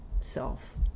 self